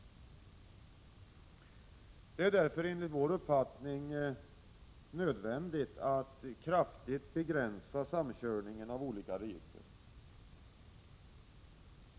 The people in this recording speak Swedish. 43 Det är därför enligt vår uppfattning nödvändigt att kraftigt begränsa samkörningen av olika register.